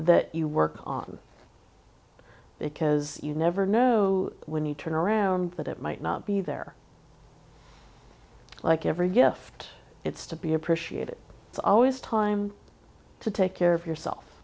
that you work on because you never know when you turn around that it might not be there like every gift it's to be appreciated it's always time to take care of yourself